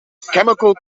chemical